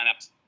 lineups